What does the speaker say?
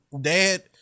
dad